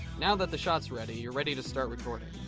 now that the shot's ready you're ready to start recording.